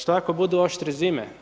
Što ako bude oštre zine?